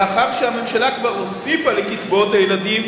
לאחר שהממשלה כבר הוסיפה לקצבאות הילדים